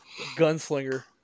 Gunslinger